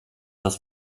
das